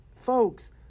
folks